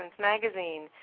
magazine